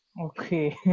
Okay